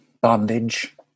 bondage